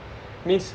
means